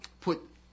put